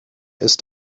ist